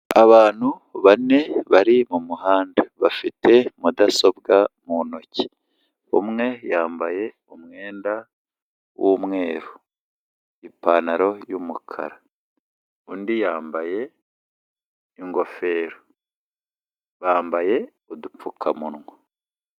Abantu bane bari mu muhanda bafite mudasobwa mu ntoki, umwe yambaye umwenda w'umweru, ipantaro y'umukara undi yambaye ingofero, bambaye udupfukamunwa.